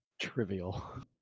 trivial